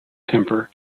temper